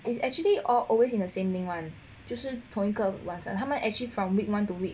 it's actually all always in the same link [one] 就是同一个 Whatsapp 他们 actually 从 week one to week